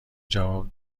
جواب